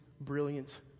brilliant